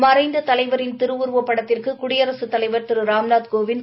மறைந்த தலைவரின் திருவுருவப் படத்திற்கு குடியரசுத் தலைவர் திரு ராம்நாத்கோவந்த்